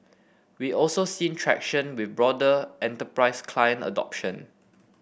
we also seen traction with broader enterprise client adoption